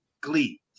Glee